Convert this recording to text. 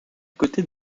côté